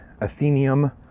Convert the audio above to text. Athenium